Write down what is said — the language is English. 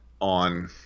on